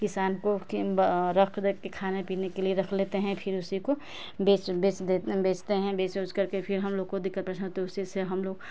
किसान को रख कर बैठ कर खाने पीने के लिए रख लेते हैं फिर उसी को बेच बेच दे बेचते हैं बेच उच कर फिर हम लोग को दिक्कत परेशानी तो उसी से हम लोग